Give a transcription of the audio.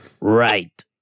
Right